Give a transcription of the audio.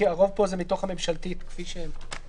הרוב פה זה מתוך הצעת החוק הממשלתית כפי שהיא.